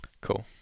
Cool